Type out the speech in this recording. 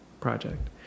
project